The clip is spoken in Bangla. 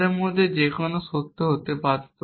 তাদের মধ্যে যেকোনও সত্য হতে পারত